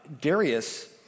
Darius